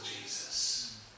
Jesus